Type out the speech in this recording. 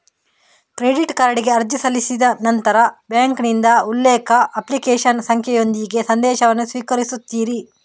credit ಕಾರ್ಡಿಗೆ ಅರ್ಜಿ ಸಲ್ಲಿಸಿದ ನಂತರ ಬ್ಯಾಂಕಿನಿಂದ ಉಲ್ಲೇಖ, ಅಪ್ಲಿಕೇಶನ್ ಸಂಖ್ಯೆಯೊಂದಿಗೆ ಸಂದೇಶವನ್ನು ಸ್ವೀಕರಿಸುತ್ತೀರಿ